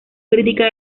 crítica